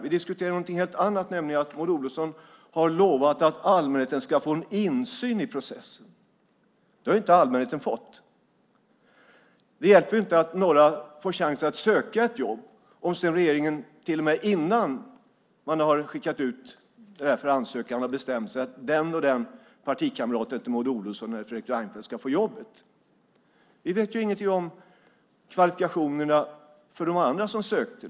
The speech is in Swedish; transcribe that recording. Vi diskuterar något helt annat, nämligen att Maud Olofsson har lovat att allmänheten ska få en insyn i processen. Det har inte allmänheten fått. Det hjälper ju inte att några får chansen att söka ett jobb om regeringen till och med innan man annonserar har bestämt sig för att den eller den partikamraten till Maud Olofsson eller Fredrik Reinfeldt ska få jobbet. Vi vet ingenting om kvalifikationerna hos de andra som sökte.